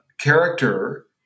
character